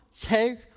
take